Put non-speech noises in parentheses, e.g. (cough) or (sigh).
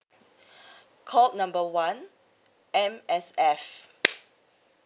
call number one M_S_F (noise)